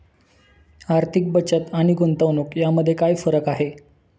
आर्थिक बचत आणि गुंतवणूक यामध्ये काय फरक आहे?